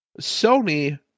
Sony